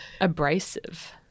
abrasive